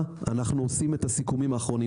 אנחנו עושים את הסיכומים האחרונים.